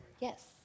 Yes